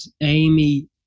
Amy